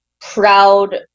proud